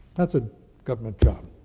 that's a government job.